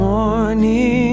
Morning